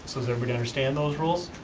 so does everybody understand those rules?